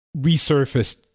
resurfaced